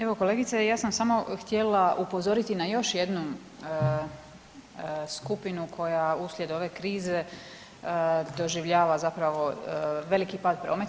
Evo kolegice ja sam samo htjela upozoriti na još jednu skupinu koja uslijed ove krize doživljava zapravo veliki pad prometa.